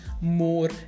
more